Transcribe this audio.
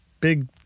big